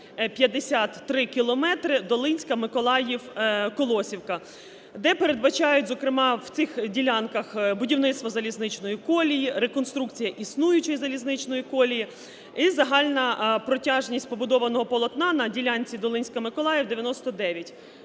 253 кілометрів Долинська – Миколаїв – Колосівка, де передбачають зокрема в цих ділянках будівництво залізничної колії, реконструкція існуючої залізничної колії і загальна протяжність побудованого полотна на ділянці Долинська – Миколаїв 99 кілометрів.